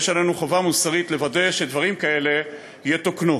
יש עלינו חובה מוסרית לוודא שדברים כאלה יתוקנו.